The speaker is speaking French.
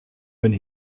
bonne